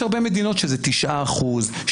יש הרבה מדינות שזה תשעה אחוזים,